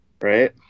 right